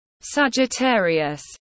Sagittarius